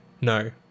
No